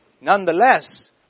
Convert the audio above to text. nonetheless